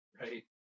Right